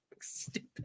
stupid